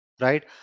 Right